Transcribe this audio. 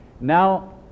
Now